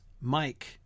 Mike